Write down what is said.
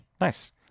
Nice